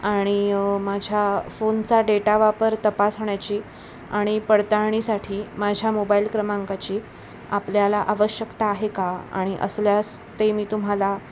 आणि माझ्या फोनचा डेटा वापर तपास होण्याची आणि पडताळणीसाठी माझ्या मोबाईल क्रमांकाची आपल्याला आवश्यकता आहे का आणि असल्यास ते मी तुम्हाला